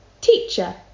Teacher